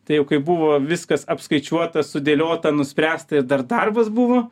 tai jau kai buvo viskas apskaičiuota sudėliota nuspręsta ir dar darbas buvo